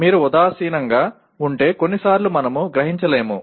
మీరు ఉదాసీనంగా ఉంటే కొన్నిసార్లు మనము గ్రహించలేము